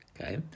Okay